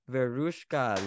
Verushka